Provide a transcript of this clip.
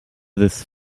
this